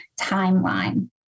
timeline